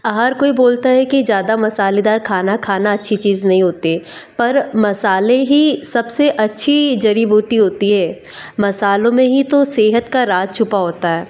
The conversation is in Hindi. हर कोई बोलता है कि ज़्यादा मसालेदार खाना खाना अच्छी चीज़ नहीं होती है पर मसाले ही सबसे अच्छी जड़ी बूटी होती है मसाले में ही तो सेहत का राज़ छुपा होता है